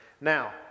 Now